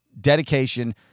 dedication